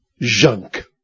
junk